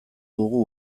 dugu